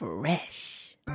fresh